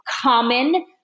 common